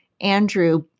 Andrew